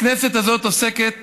הכנסת הזאת עוסקת